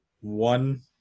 one